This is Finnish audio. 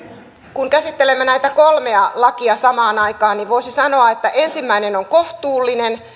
kun käsittelemme näitä kolmea lakia samaan aikaan niin voisi sanoa että ensimmäinen on kohtuullinen